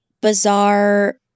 bizarre